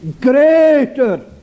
greater